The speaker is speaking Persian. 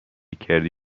کردی